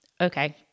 okay